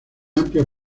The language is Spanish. amplia